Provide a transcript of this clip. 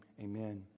Amen